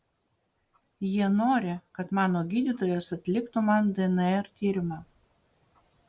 jie nori kad mano gydytojas atliktų man dnr tyrimą